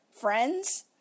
friends